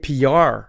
PR